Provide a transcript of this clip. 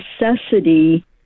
necessity